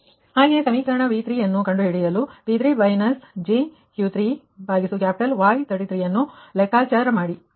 ಹಾಗೆಯೇ ಸಮೀಕರಣ V3 ಕಂಡು ಹಿಡಿಯಲು P3 jQ3capital Y33 ನ್ನು ಲೆಕ್ಕಾಚಾರ ಮಾಡಿ